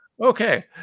Okay